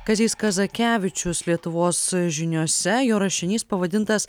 kazys kazakevičius lietuvos žiniose jo rašinys pavadintas